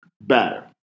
better